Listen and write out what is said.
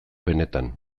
benetan